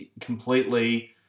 completely